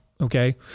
Okay